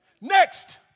Next